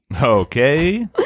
Okay